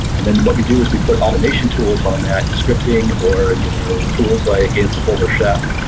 and then what we do is we put automation tools on that scripting or you know tools like ansible or chef.